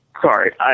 Sorry